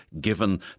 given